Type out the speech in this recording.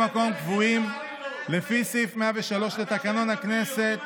מקום קבועים לפי סעיף 103 לתקנון הכנסת,